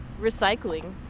recycling